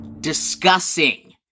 discussing